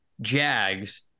Jags